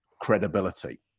credibility